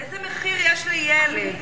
איזה מחיר יש לילד?